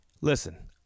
Listen